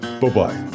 Bye-bye